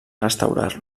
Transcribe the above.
restaurar